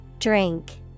Drink